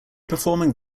performing